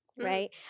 right